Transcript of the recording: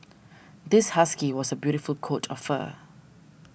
this husky was a beautiful coat of fur